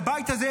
בבית הזה,